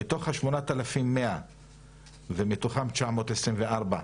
מתוך ה-8,100 ומתוכם 924,